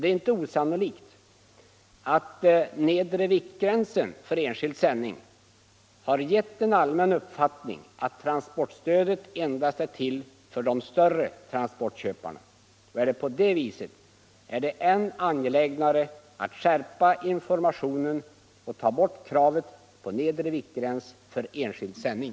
Det är inte osannolikt att nedre viktgränsen för enskild sändning har gett en allmän uppfattning att transportstödet endast är till för de större transportköparna. Är det på det viset, är det än angelägnare att skärpa informationen och ta bort kravet på nedre viktgräns för enskild sändning.